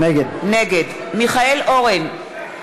נגד מיכאל אורן,